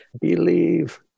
Believe